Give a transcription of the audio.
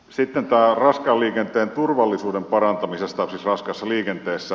sitten tästä turvallisuuden parantamisesta raskaassa liikenteessä